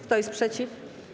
Kto jest przeciw?